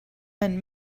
and